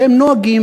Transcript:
שהם נוהגים,